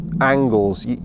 angles